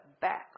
back